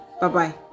Bye-bye